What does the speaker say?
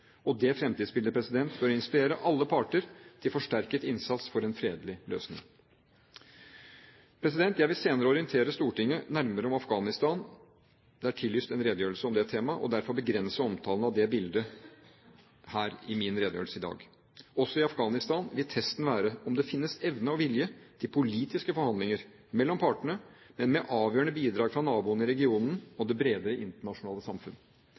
ekstreme. Det fremtidsbildet bør inspirere alle parter til forsterket innsats for en fredelig løsning. Jeg vil senere orientere Stortinget nærmere om Afghanistan – det er tillyst en redegjørelse om det temaet – og derfor begrense omtalen av det bildet her i min redegjørelse i dag. Også i Afghanistan vil testen være om det finnes evne og vilje til politiske forhandlinger mellom partene – men med avgjørende bidrag fra naboene i regionen og det bredere internasjonale